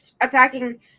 attacking